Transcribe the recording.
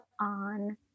on